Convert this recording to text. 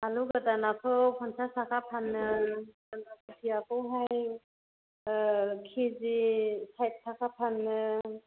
आलु गोदानाखौ फन्सास थाखा फानो बान्दा कफियाखौहाय किजि साइद थाखा फानो